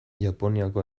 japoniako